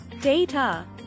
Data